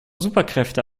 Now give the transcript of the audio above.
superkräfte